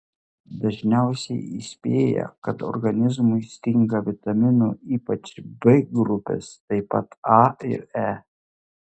dažniausiai įspėja kad organizmui stinga vitaminų ypač b grupės taip pat a ir e